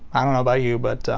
i don't know about you but, ah,